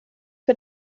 für